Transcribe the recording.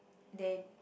they